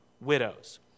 widows